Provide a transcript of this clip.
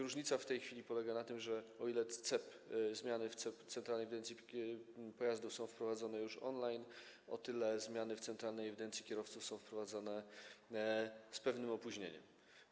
Różnica w tej chwili polega na tym, że o ile zmiany w Centralnej Ewidencji Pojazdów są wprowadzone już on-line, o tyle zmiany w Centralnej Ewidencji Kierowców są wprowadzane z pewnym opóźnieniem.